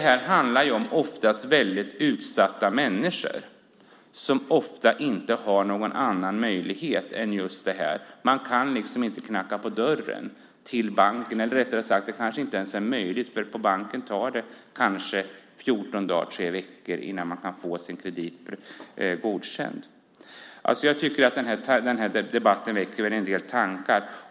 Här handlar det oftast om väldigt utsatta människor som inte har någon annan möjlighet än just detta. De kan inte knacka på dörren till banken. På banken tar det kanske två tre veckor innan man kan få sin kredit godkänd. Jag tycker att den här debatten väcker en del tankar.